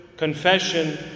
confession